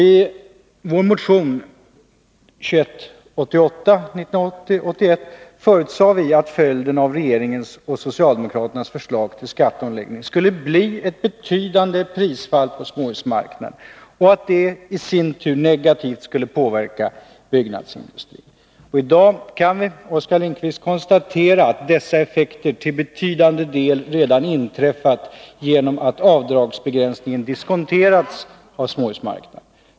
I vår motion 1980/81:2188 förutsade vi att följden av regeringens och socialdemokraternas förslag till skatteomläggning skulle bli ett betydande prisfall på småhusmarknaden och att detta i sin tur negativt skulle påverka byggnadsindustrin. I dag kan Oskar Lindkvist konstatera att dessa effekter till betydande del redan inträffat genom att avdragsbegränsningen diskonterats av småhusmarknaden.